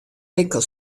winkel